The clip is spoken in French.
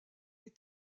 est